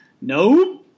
Nope